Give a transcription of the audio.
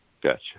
Gotcha